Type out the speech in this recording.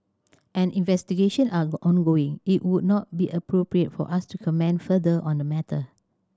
as investigation are ongoing it would not be appropriate for us to comment further on the matter